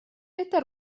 это